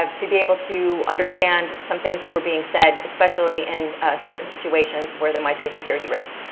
um to be able to understand some things that were being said, especially in certain situations where there might be a security risk.